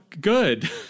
Good